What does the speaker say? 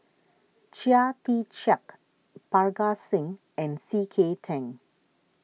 Chia Tee Chiak Parga Singh and C K Tang